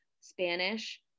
Spanish